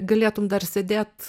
galėtum dar sėdėt